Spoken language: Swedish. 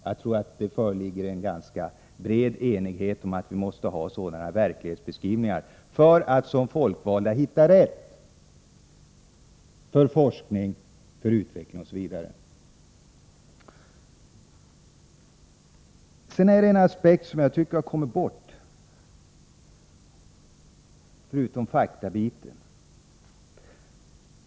Jag tror att det finns en ganska bred enighet om att vi måste göra sådana verklighetsbeskrivningar för att som folkvalda hitta rätt när det gäller forskning, utveckling osv. Sedan är det en aspekt som jag tycker har kommit bort, förutom nu faktabiten.